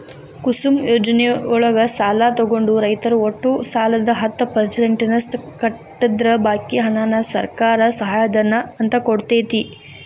ಕುಸುಮ್ ಯೋಜನೆಯೊಳಗ ಸಾಲ ತೊಗೊಂಡ ರೈತರು ಒಟ್ಟು ಸಾಲದ ಹತ್ತ ಪರ್ಸೆಂಟನಷ್ಟ ಕಟ್ಟಿದ್ರ ಬಾಕಿ ಹಣಾನ ಸರ್ಕಾರ ಸಹಾಯಧನ ಅಂತ ಕೊಡ್ತೇತಿ